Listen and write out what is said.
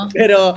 pero